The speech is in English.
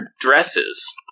dresses